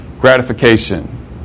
gratification